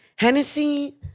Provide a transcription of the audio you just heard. Hennessy